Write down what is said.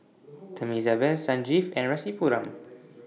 Thamizhavel Sanjeev and Rasipuram